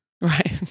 Right